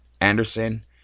Anderson